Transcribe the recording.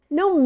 No